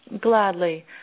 Gladly